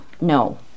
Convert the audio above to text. no